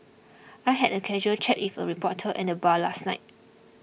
I had a casual chat with a reporter at the bar last night